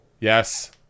Yes